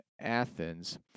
Athens